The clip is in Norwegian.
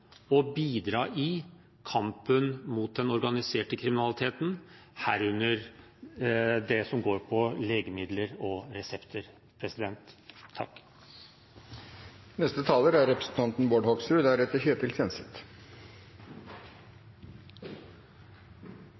bidra i kampen mot den organiserte kriminaliteten, herunder det som går på legemidler og resepter. Legemiddelmeldingen er en utrolig viktig melding. Det er